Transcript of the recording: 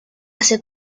hace